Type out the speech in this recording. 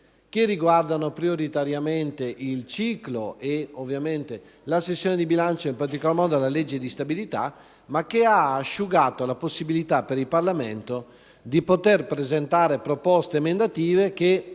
riguardanti prioritariamente il ciclo e ovviamente la sessione di bilancio, in particolar modo la legge di stabilità, ma che ha asciugato la possibilità per il Parlamento di presentare proposte emendative che